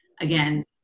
again